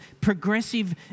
progressive